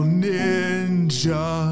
ninja